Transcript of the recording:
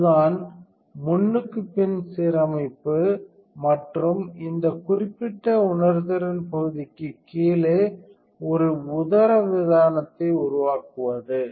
அதுதான் முன்னுக்கு பின் சீரமைப்பு மற்றும் இந்த குறிப்பிட்ட உணர்திறன் பகுதிக்கு கீழே ஒரு உதரவிதானத்தை உருவாக்குவது